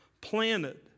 planted